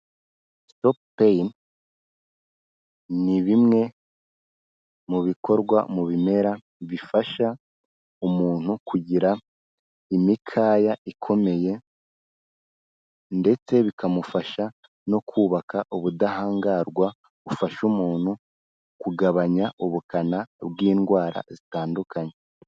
Stopain ni bimwe mu bikorwa mu bimera bifasha umuntu kugira imikaya ikomeye ndetse bikamufasha no kubaka ubudahangarwa bufasha umuntu kugabanya ubukana bw'indwara zitandukanye.